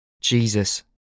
jesus